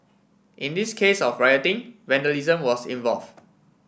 in this case of rioting vandalism was involve